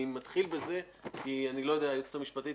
אני מתחיל בזה כי אני לא יודע היועצת המשפטית,